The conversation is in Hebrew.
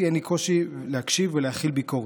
אין לי קושי להקשיב ולהכיל ביקורת.